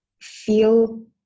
feel